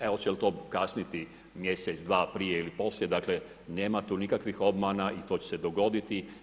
E hoće li to kasniti mjesec, dva prije ili poslije, dakle, nema tu nikakvih obmana i to će se dogoditi.